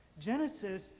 Genesis